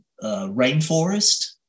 rainforest